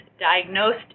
diagnosed